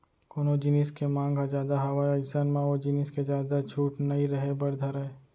कोनो जिनिस के मांग ह जादा हावय अइसन म ओ जिनिस के जादा छूट नइ रहें बर धरय